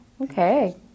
okay